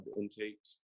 intakes